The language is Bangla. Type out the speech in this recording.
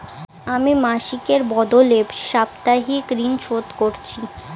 আমি মাসিকের বদলে সাপ্তাহিক ঋন শোধ করছি